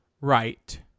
Right